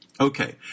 Okay